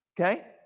Okay